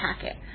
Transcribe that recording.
packet